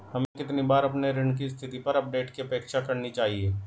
हमें कितनी बार अपने ऋण की स्थिति पर अपडेट की अपेक्षा करनी चाहिए?